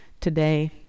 today